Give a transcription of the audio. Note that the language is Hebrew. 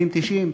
80, 90,